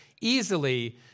easily